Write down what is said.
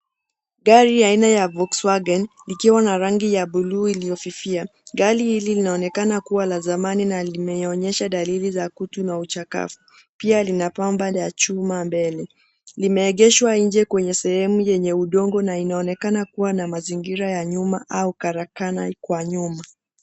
Gari aina ya Volkswagen likiwa na rangi ya buluu iliyofifia. Gari hili linaonekana kuwa la zamani na limeonyesha dalili za kutu na uchakavu. Pia lina bamba la chuma mbele. Limeegeshwa nje kwenye sehemu yenye udongo na inaonekana kuwa na mazingira ya nyuma au karakana kwa nyuma.